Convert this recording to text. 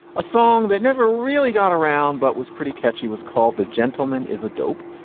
a song that never really got around but was pretty catchy was called the gentleman is a dope.